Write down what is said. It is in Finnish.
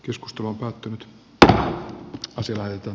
joskus tuon kaatunut täysin laiton